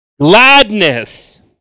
gladness